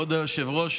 כבוד היושב-ראש,